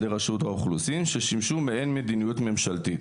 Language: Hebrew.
רשות האוכלוסין ששימשו מעין מדיניות ממשלתית.